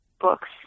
books